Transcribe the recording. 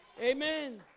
Amen